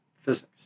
physics